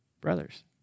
brothers